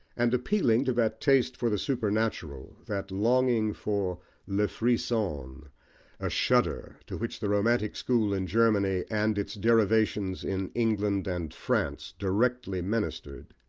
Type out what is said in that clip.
and appealing to that taste for the supernatural, that longing for le frisson, a shudder, to which the romantic school in germany, and its derivations in england and france, directly ministered.